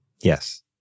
Yes